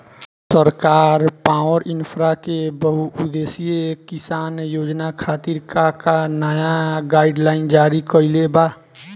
सरकार पॉवरइन्फ्रा के बहुउद्देश्यीय किसान योजना खातिर का का नया गाइडलाइन जारी कइले बा?